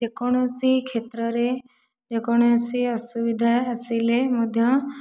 ଯେ କୌଣସି କ୍ଷେତ୍ରରେ ଯେ କୌଣସି ଅସୁବିଧା ଆସିଲେ ମଧ୍ୟ